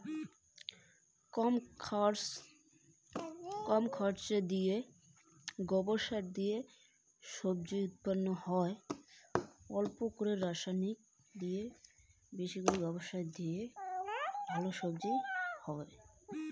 কম খরচে গোবর সার দিয়ে কি করে ভালো সবজি হবে?